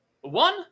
one